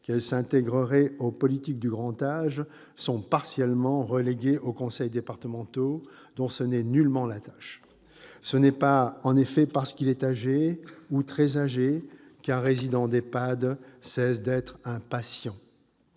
qu'elles s'intégreraient aux politiques du grand âge, sont partiellement reléguées aux conseils départementaux dont ce n'est nullement la tâche. Ce n'est en effet pas parce qu'il est âgé, ou très âgé, qu'un résident d'EHPAD cesse d'être un patient.